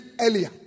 earlier